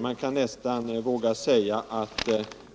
Man kan nästan våga säga att